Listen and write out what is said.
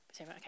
Okay